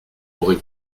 aurez